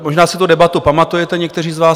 Možná si tu debatu pamatujete někteří z vás.